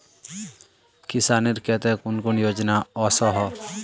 किसानेर केते कुन कुन योजना ओसोहो?